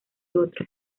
otros